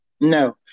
No